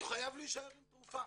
הוא חייב להישאר עם תרופה.